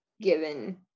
given